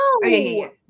No